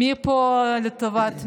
מי פה לטובת מי?